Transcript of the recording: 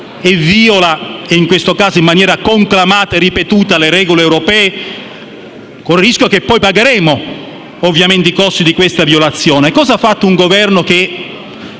europeista, in questo caso viola in maniera conclamata e ripetuta le regole europee, con il rischio che poi pagheremo ovviamente i costi di questa violazione? Cosa ha fatto un Governo che